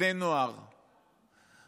בני נוער במכינות,